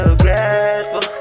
grateful